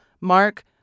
Mark